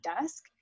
desk